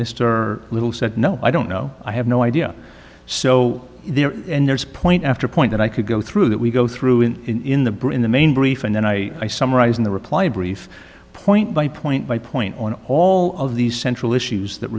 mr little said no i don't know i have no idea so there and there's point after point that i could go through that we go through in the brain the main brief and then i summarize in the reply brief point by point by point on all of these central issues that